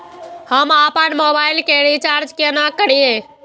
हम आपन मोबाइल के रिचार्ज केना करिए?